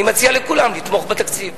אני מציע לכולם לתמוך בתקציב,